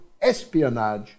espionage